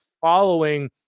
following